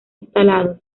instalados